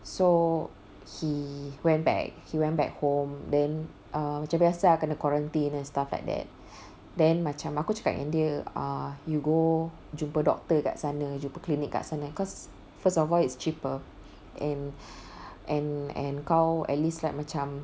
so he went back he went back home then err macam biasa kena quarantine and stuff like that then macam aku cakap dengan dia err you go jumpa doctor kat sana jumpa clinic kat sana cause first of all it's cheaper and and and kau at least like macam